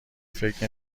فکر